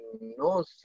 no